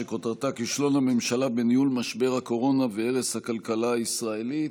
שכותרתה: כישלון הממשלה בניהול משבר הקורונה והרס הכלכלה הישראלית.